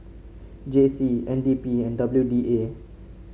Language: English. J C N D P and W D A